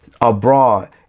abroad